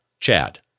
Chad